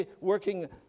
working